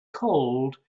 cold